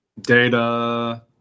Data